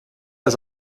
das